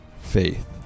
faith